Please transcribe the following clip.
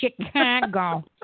Chicago